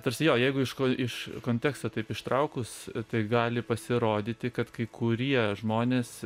tarsi jo jeigu iš ko iš konteksto taip ištraukus tai gali pasirodyti kad kai kurie žmonės